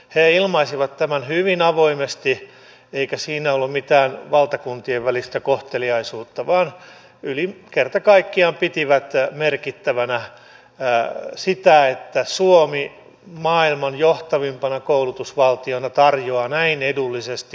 he ilmaisivat tämän hyvin avoimesti eikä siinä ollut mitään valtakuntien välistä kohteliaisuutta vaan kerta kaikkiaan pitivät merkittävänä sitä että suomi maailman johtavimpana koulutusvaltiona tarjoaa näin edullisesti huippukoulutusta